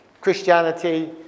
Christianity